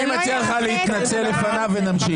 אני מציע לך להתנצל לפניו ואז נמשיך.